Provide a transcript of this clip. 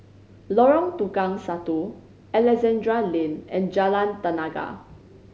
Lorong Tukang Satu Alexandra Lane and Jalan Tenaga